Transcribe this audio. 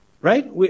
Right